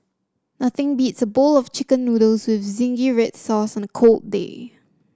nothing beats a bowl of chicken noodles with zingy red sauce on a cold day